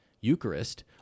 Eucharist